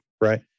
right